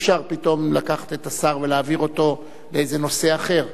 אי-אפשר פתאום לקחת את השר ולהעביר אותו לאיזה נושא אחר,